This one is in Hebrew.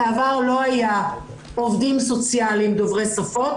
בעבר לא היו עובדים סוציאליים דוברי שפות,